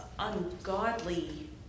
ungodly